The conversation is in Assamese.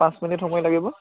পাঁচ মিনিট সময় লাগিব